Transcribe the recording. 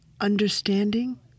Understanding